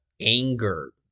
anger